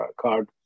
card